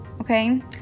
Okay